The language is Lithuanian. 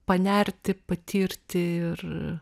panerti patirti ir